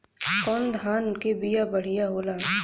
कौन धान के बिया बढ़ियां होला?